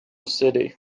city